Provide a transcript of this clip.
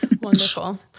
Wonderful